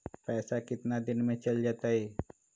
पैसा कितना दिन में चल जतई?